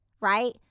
right